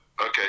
Okay